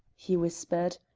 he whispered.